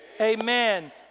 amen